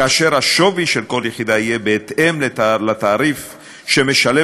כאשר השווי של כל יחידה יהיה בהתאם לתעריף שמשלם